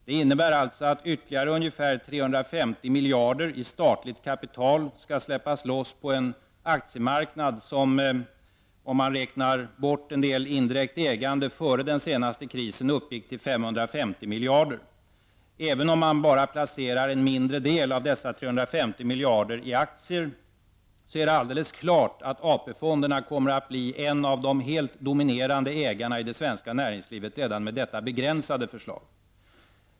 Det innebär att ytterligare ungefär 350 miljarder i statligt kapital skall släppas loss på en aktiemarknad som, om man räknar bort en del indirekt ägande, före den senaste krisen uppgick till 550 miljarder. Även om man bara placerar en mindre del av dessa 350 miljarder i aktier, är det alldeles klart att AP-fonderna kommer att bli en av de helt dominerade ägarna i det svenska näringslivet redan med detta begränsade förslag.